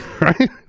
right